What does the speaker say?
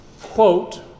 quote